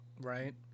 Right